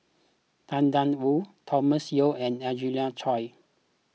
Tang Da Wu Thomas Yeo and Angelina Choy